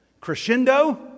Crescendo